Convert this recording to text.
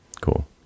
Cool